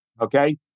okay